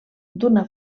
d’una